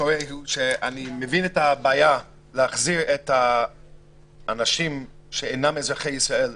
אני מבין את הבעיה להחזיר מחו"ל את האנשים שאינם אזרחי ישראל,